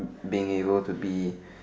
been been able to be